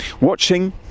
watching